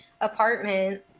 apartment